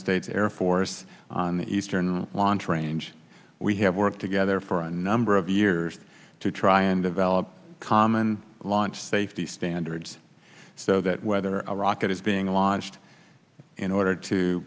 states air force on the eastern launch range we have worked together for a number of years to try and develop common launch safety standards so that whether a rocket is being launched in order to